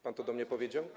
Pan to do mnie powiedział?